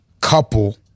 couple